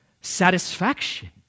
satisfaction